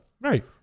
Right